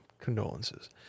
Condolences